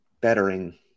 bettering